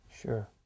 Sure